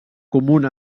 comuna